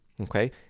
okay